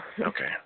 Okay